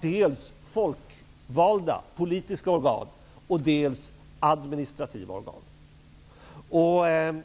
dels har folkvalda, politiska organ, dels har administrativa organ.